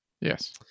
Yes